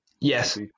Yes